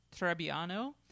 Trebbiano